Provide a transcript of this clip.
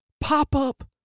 Pop-up